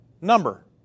number